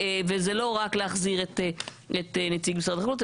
זה לא רק להחזיר את נציג משרד החקלאות,